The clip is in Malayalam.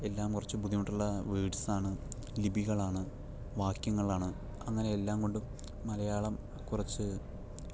എല്ലാം കുറച്ചു ബുദ്ധിമുട്ടുള്ള വേർഡ്സ് ആണ് ലിപികളാണ് വാക്ക്യങ്ങളാണ് അങ്ങനെ എല്ലാം കൊണ്ടും മലയാളം കുറച്ച്